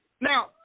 Now